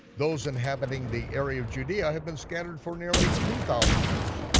those inhabiting the area of judea have been scattered for nearly two thousand years.